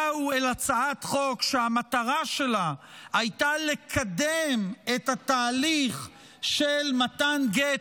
באו אל הצעת חוק שהמטרה שלה הייתה לקדם את התהליך של מתן גט